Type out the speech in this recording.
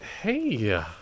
Hey